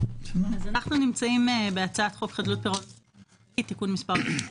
אנו נמצאים בהצעת חוק חדלות פירעון ושיקום כלכלי (תיקון מס' 5)